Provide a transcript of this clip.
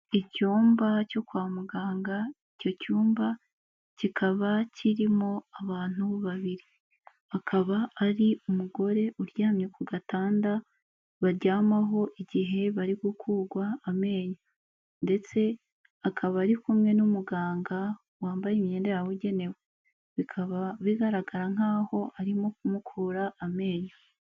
Icyumba cyo kwa muganga, icyo cyumba kikaba kirimo abantu babiri, akaba ari umugore uryamye ku gatanda baryamaho igihe bari gukurwa amenyo ndetse akaba ari kumwe n'umuganga, wambaye imyenda yabugenewe, bikaba bigaragara nkaho arimo kumukura amenyo.